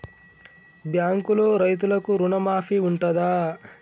బ్యాంకులో రైతులకు రుణమాఫీ ఉంటదా?